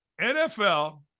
NFL